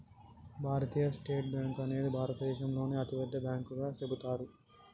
భారతీయ state bank అనేది భారతదేశంలోనే అతిపెద్ద బ్యాంకుగా చెబుతారు